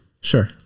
Sure